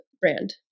brand